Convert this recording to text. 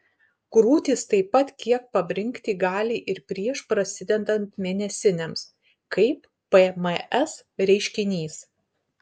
krūtys taip pat kiek pabrinkti gali ir prieš prasidedant mėnesinėms kaip pms reiškinys